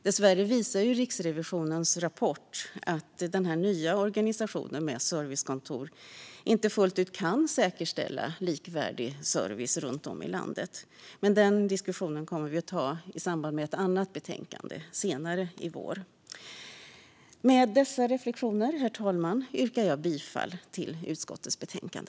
Dessvärre visar Riksrevisionens rapport att den nya organisationen med servicekontor inte fullt ut kan säkerställa likvärdig service, men den diskussionen kommer vi att ta i samband med ett annat betänkande senare i vår. Med dessa reflektioner, herr talman, yrkar jag bifall till förslaget i utskottets betänkande.